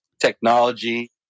Technology